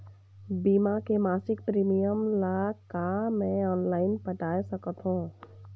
बीमा के मासिक प्रीमियम ला का मैं ऑनलाइन पटाए सकत हो?